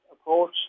approach